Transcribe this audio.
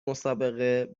مسابقه